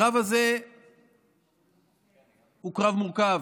הקרב הזה הוא קרב מורכב.